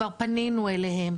כבר פנינו אליהם,